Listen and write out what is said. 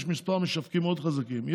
יש כמה משווקים חזקים מאוד.